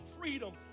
freedom